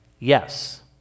Yes